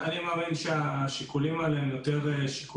אני מאמין שהשיקולים האלה הם שיקולים